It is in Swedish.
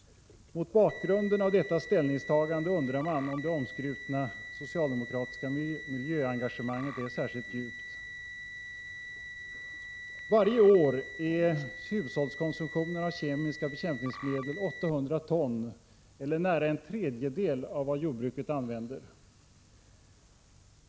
Mot bakgrunden av detta ställningstagande undrar man om det omskrutna socialdemokratiska miljöengagemanget är särskilt djupt. Varje år är hushållskonsumtionen av kemiska bekämpningsmedel 800 ton eller nära en tredjedel av vad jordbruket använder.